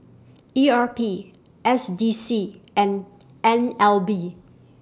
E R P S D C and N L B